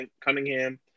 Cunningham